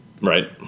Right